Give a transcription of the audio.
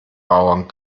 bauern